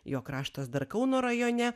jo kraštas dar kauno rajone